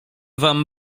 wam